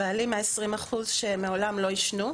בעלי מה-20% שמעולם לא עישנו,